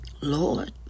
Lord